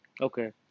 okay